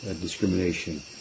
discrimination